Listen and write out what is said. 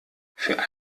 für